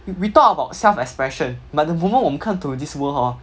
we talk about self expression but the moment 我们 come to this world hor there's already a